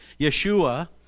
Yeshua